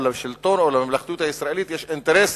לשלטון או לממלכתיות הישראלית יש אינטרס